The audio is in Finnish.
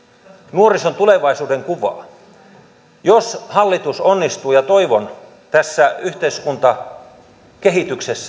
nuorison tulevaisuudenkuvaa niin mikä on siinä että hallitus onnistuisi ja toivon sitä saamaan tätä yhteiskuntakehitystä